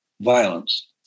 violence